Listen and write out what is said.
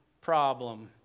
problem